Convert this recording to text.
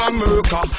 America